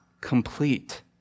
complete